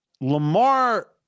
Lamar